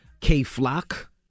K-Flock